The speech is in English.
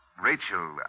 Rachel